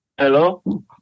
Hello